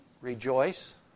rejoice